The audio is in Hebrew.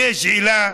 יש עילה,